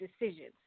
decisions